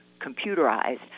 computerized